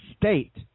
State